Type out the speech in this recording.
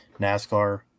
NASCAR